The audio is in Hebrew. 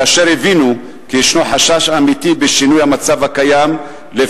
אשר הבינו כי בשינוי המצב הקיים ישנו חשש אמיתי